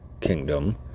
kingdom